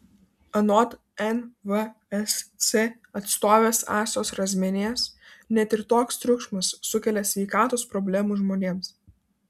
anot nvsc atstovės astos razmienės net ir toks triukšmas sukelia sveikatos problemų žmonėms